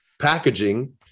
packaging